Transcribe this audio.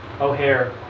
O'Hare